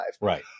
Right